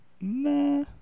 Nah